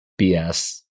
BS